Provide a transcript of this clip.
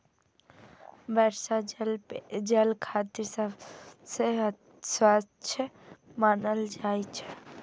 वर्षा जल पेयजल खातिर सबसं स्वच्छ मानल जाइ छै